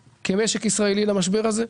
כמשק ישראלי אנחנו נכנסים טוב למשבר הזה.